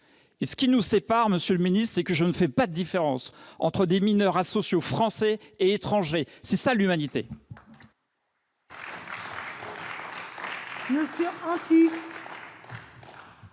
! Ce qui nous sépare, monsieur le ministre, c'est que je ne fais pas de différence entre des mineurs asociaux français et étrangers : c'est ça l'humanité